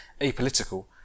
apolitical